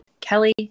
Kelly